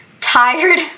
tired